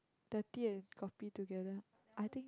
the tea and coffee together I think